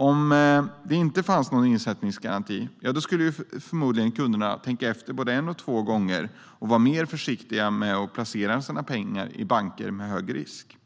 Om det inte fanns någon insättningsgaranti skulle förmodligen kunderna tänka efter både en och två gånger och vara mer försiktiga med att placera sina pengar i banker med hög risk.